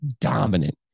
dominant